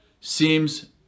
seems